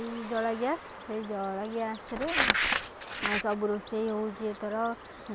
ଏଇ ଜଳା ଗ୍ୟାସ ସେଇ ଜଳା ଗ୍ୟାସରେ ସବୁ ରୋଷେଇ ହଉଛି ଏଥର